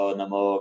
Namo